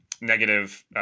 negative